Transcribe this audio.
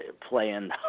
playing